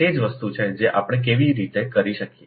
તેથી આ તે જ વસ્તુ છે કે આપણે કેવી રીતે કરી શકીએ